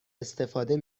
استفاده